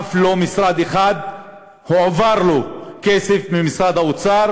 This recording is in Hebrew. אף לא משרד אחד הועבר לו כסף ממשרד האוצר